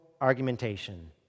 argumentation